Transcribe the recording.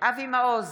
אבי מעוז,